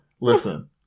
Listen